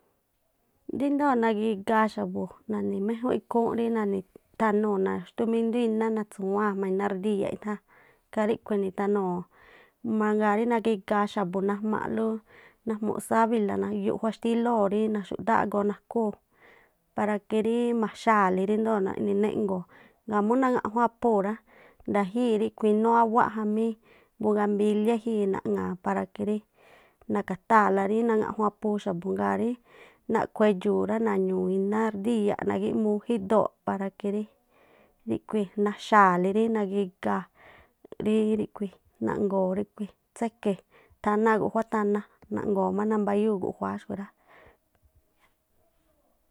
Ríndoo̱ nagigaa xa̱bu̱, nani̱ méjúnꞌ ikhúún rí na̱ni̱ thanuu̱ naxtúmindú iná na̱tsu̱waa̱n jmaa inárdiyaꞌ itháa̱nikhaa riꞌkhui̱ e̱ni̱ thanuu̱. Mangaa rí nagigaa xa̱bu̱ najmaaꞌlú, najmu̱ꞌ sábila yuꞌjua xtílóo̱ rí naxu̱ꞌdáá agoo nakhúu̱ para que rí maxaa̱le ríndoo̱ rí naꞌni néꞌngo̱o̱. Ŋgaa̱ mú naŋa̱jun aphuu rá, ndajii̱ inúú awáꞌ jamí bugambíliá e̱jii̱ naꞌŋa̱a̱ para que rí na̱ka̱taa̱la rí naŋajun aphuu xa̱bu̱. Ŋgaa̱ rí naꞌkhu̱ edxu̱u̱ rá, na̱ñu̱u̱ inádiyáꞌ na̱gíꞌmuu jidoo̱ꞌ para que ri ríꞌkhui̱ maxaa̱le rí nagigaa̱, rí riꞌkhui naꞌngo̱o̱ tséke thaa- náa̱- guꞌjuá thana, naꞌgo̱o̱ má nambáyuu̱ guꞌjuáá xkhui̱ rá.